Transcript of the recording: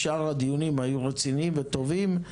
שאר הדיונים היו רציניים וטובים,